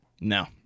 No